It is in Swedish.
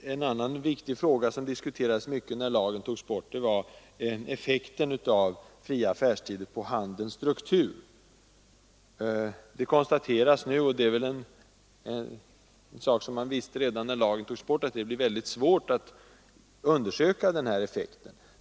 En annan viktig fråga som diskuterades mycket när lagen togs bort var effekten av fria affärstider på handelns struktur. Det konstateras nu, och det är väl en sak som man visste redan när lagen togs bort, att det är oerhört svårt att undersöka den effekten.